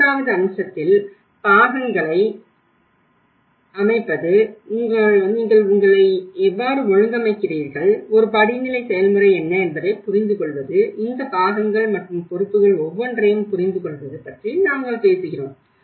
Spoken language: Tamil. மூன்றாவது அம்சத்தில் பாகங்களை அமைப்பது நீங்கள் உங்களை எவ்வாறு ஒழுங்கமைக்கிறீர்கள் ஒரு படிநிலை செயல்முறை என்ன என்பதைப் புரிந்துகொள்வது இந்த பாகங்கள் மற்றும் பொறுப்புகள் ஒவ்வொன்றையும் புரிந்துகொள்வது பற்றி நாங்கள் பேசுகிறோம்